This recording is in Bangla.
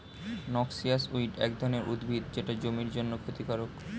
নক্সিয়াস উইড এক ধরনের উদ্ভিদ যেটা জমির জন্যে ক্ষতিকারক